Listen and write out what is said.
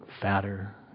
fatter